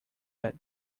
that